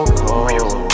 cold